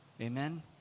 Amen